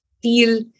feel